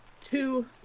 two